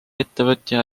ettevõtja